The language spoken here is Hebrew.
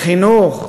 חינוך?